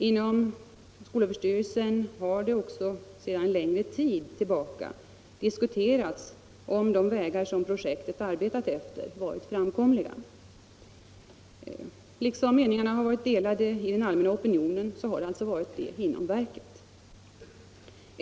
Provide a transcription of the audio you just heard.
Inom skolöverstyrelsen har det också sedan en längre tid diskuterats om de vägar efter vilka man arbetat inom projektet var framkomliga. Liksom meningarna varit delade i den allmänna opinionen har de varit det inom verket.